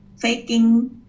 faking